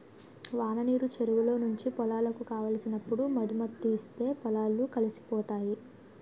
వాననీరు చెరువులో నుంచి పొలాలకు కావలసినప్పుడు మధుముతీస్తే పొలాలు కలిసిపోతాయి